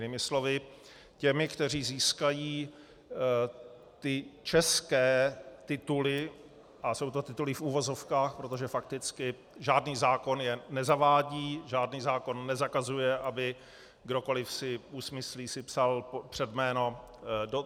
Jinými slovy těmi, kteří získají ty české tituly a jsou to tituly v uvozovkách, protože fakticky žádný zákon je nezavádí, žádný zákon nezakazuje, aby kdokoli si usmyslí, si psal před jméno doc.